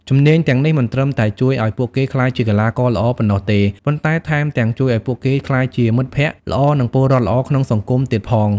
ជំនាញទាំងនេះមិនត្រឹមតែជួយឱ្យពួកគេក្លាយជាកីឡាករល្អប៉ុណ្ណោះទេ ប៉ុន្តែថែមទាំងជួយឱ្យពួកគេក្លាយជាមិត្តភក្តិល្អ និងពលរដ្ឋល្អក្នុងសង្គមទៀតផង។